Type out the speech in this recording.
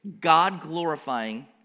God-glorifying